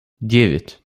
девять